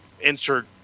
insert